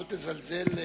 אל תזלזל.